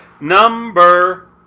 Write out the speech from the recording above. Number